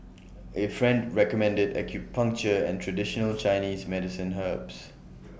A friend recommended acupuncture and traditional Chinese medicine herbs